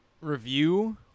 review